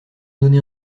donner